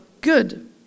good